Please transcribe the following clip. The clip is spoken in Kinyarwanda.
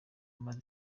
amaze